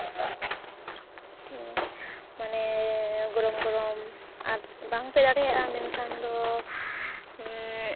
ᱢᱟᱱᱮ ᱜᱚᱨᱚᱢ ᱜᱚᱨᱚᱢ ᱟᱨ ᱵᱟᱝᱯᱮ ᱫᱟᱲᱮᱭᱟᱜᱼᱟ ᱢᱮᱱᱠᱷᱟᱱ ᱫᱚ